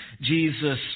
Jesus